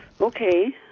Okay